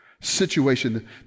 situation